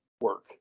work